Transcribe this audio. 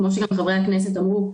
כפי שחברי הכנסת אמרו,